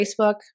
Facebook